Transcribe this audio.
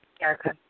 Erica